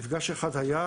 מפגש אחד כבר